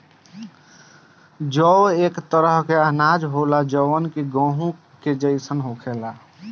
जौ एक तरह के अनाज होला जवन कि गेंहू के जइसन होखेला